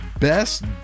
Best